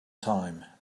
time